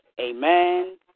amen